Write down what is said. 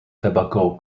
tobacco